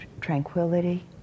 tranquility